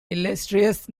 illustrious